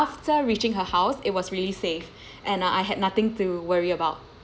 after reaching her house it was really safe and uh I had nothing to worry about